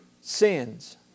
Sins